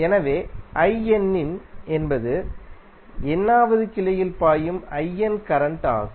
எனவே inஎன்பது nவதுகிளையில்பாயும் in கரண்ட் ஆகும்